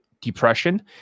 depression